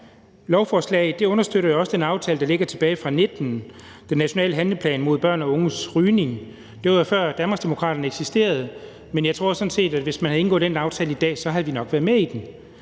lovforslag jo også understøtter den aftale, der ligger tilbage fra 2019, den nationale handleplan mod børn og unges rygning. Det var jo, før Danmarksdemokraterne eksisterede, men jeg tror sådan set, at hvis man havde indgået den aftale i dag, så havde vi nok været med i den.